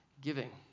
Giving